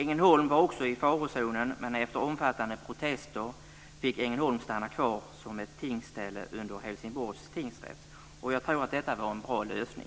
Ängelholm var också i farozonen, men efter omfattande protester fick Ängelholm stanna kvar som ett tingsställe under Helsingborgs tingsrätt. Jag tror att detta var en bra lösning.